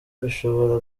bishobora